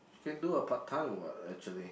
you can do a part time what actually